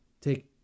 take